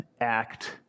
act